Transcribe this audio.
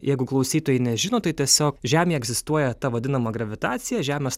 jeigu klausytojai nežino tai tiesiog žemėj egzistuoja ta vadinama gravitacija žemės